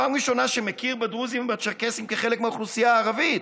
פעם ראשונה שמכיר בדרוזים ובצ'רקסים כחלק מהאוכלוסייה הערבית,